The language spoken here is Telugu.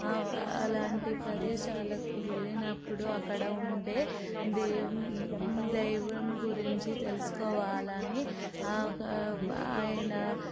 అలాంటి ప్రదేశాలకు వెళ్లినప్పుడు అక్కడ ఉండే దేవుని దైవం గురించి తెలుసుకోవాలని ఆయన